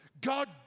God